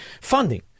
funding